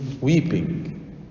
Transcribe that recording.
weeping